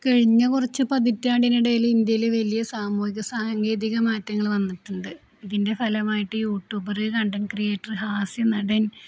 കഴിഞ്ഞ കുറച്ചു പതിറ്റാണ്ടിനിടയില് ഇന്ത്യയില് വലിയ സാമൂഹിക സാങ്കേതിക മാറ്റങ്ങള് വന്നിട്ടുണ്ട് ഇതിൻ്റെ ഫലമായിട്ട് യൂ ട്യൂബര് കണ്ടെന്റ് ക്രിയേറ്റര് ഹാസ്യ നടൻ